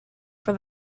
for